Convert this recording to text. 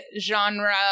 genre